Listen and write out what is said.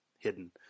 hidden